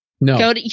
No